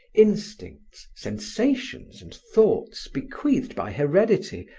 instincts, sensations and thoughts bequeathed by heredity,